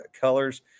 colors